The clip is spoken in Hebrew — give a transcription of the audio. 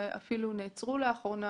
היא אפילו נעצרה לאחרונה,